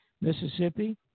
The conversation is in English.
Mississippi